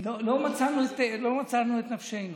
לא מצאנו את נפשנו.